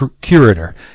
curator